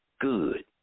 good